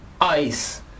ice